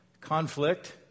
conflict